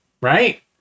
right